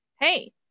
hey